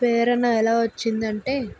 ప్రేరణ ఎలా వచ్చింది అంటే